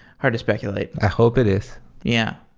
hard to speculate. i hope it is yeah.